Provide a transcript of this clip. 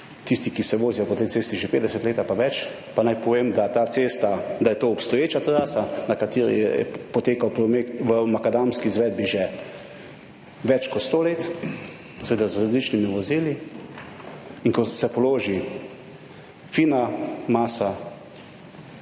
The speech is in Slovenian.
tisti, ki se vozijo po tej cesti že 50 let pa več. Pa naj povem, da ta cesta, da je to obstoječa trasa, na kateri je potekal promet v makadamski izvedbi že več kot 100 let, seveda z različnimi vozili. In ko se položi fina masa,